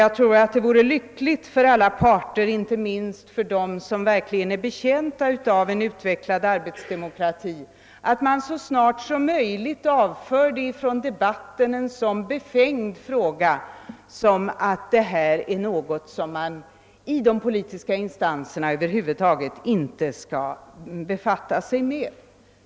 Jag tror att det vore nyttigt för alla parter, inte minst för dem som verkligen är betjänta av en utvecklad arbetsdemokrati, att man så snart som möjligt från debatten avför ett så befängt påstående som att detta är något som de politiska instanserna över huvud taget inte skall befatta sig med.